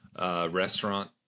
restaurant